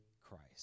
Christ